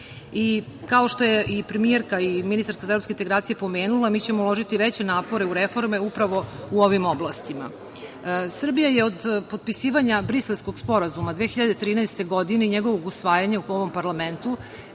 24.Kao što su i premijerka i ministarka za evropske integracije pomenule mi ćemo uložiti veće napore u reforme upravo u ovim oblastima. Srbija je od potpisivanja Briselskog sporazuma 2013. godine i njegovog usvajanja u ovom parlamentu